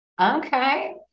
Okay